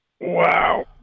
Wow